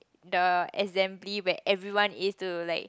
the assembly where everyone is to like